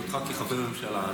בהיותך חבר בממשלה.